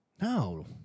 No